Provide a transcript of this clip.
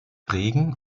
regen